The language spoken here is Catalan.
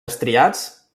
estriats